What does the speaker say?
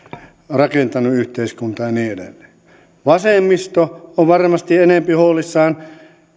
rakentanut yhteiskuntaa ja niin edelleen vasemmisto on varmasti enempi huolissaan